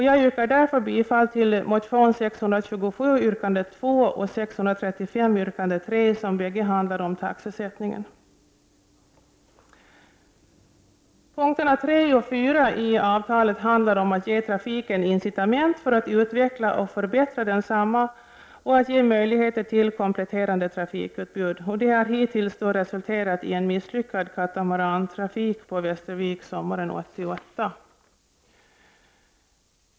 Jag yrkar därför bifall till motion 627, yrkande 2, och 635, yrkande 3, som handlar om taxesättningen. Punkterna 3 och 4 i avtalet handlar om att ge trafiken incitament för att utveckla och förbättra densamma och att ge möjligheter till kompletterande trafikutbud. Det har hittills resulterat i en misslyckad katamarantrafik på Västervik sommaren 1988.